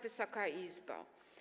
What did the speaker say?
Wysoka Izbo!